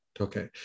Okay